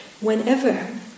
whenever